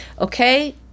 okay